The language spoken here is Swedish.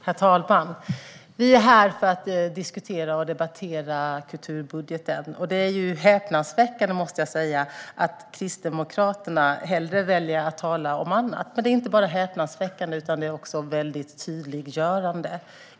Herr talman! Vi är här för att diskutera och debattera kulturbudgeten. Det är häpnadsväckande att Kristdemokraterna hellre väljer att tala om annat. Men det är inte bara häpnadsväckande utan också tydliggörande.